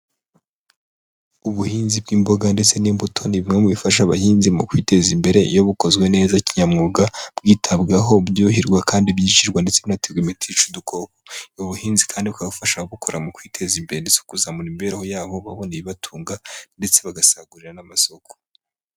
Ubuhinzi bw'imboga ndetse n'imbuto ni bimwe mu bifasha abahinzi mu kwiteza imbere iyo bukozwe neza kinyamwuga bwitabwaho, byuhirwa kandi byicirwa, ndetse binaterwa imiti yica udukoko. Ubu buhinzi kandi bukaba bufasha ababukora mu kwiteza imbere, ndetse kuzamura imibereho yabo babona ibibatunga ndetse bagasagurira n'amasoko.